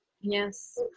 Yes